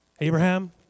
Abraham